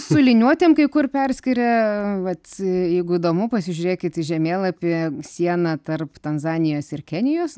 su liniuotėm kai kur perskiria vat jeigu įdomu pasižiūrėkit į žemėlapį siena tarp tanzanijos ir kenijos